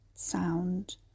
sound